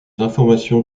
informations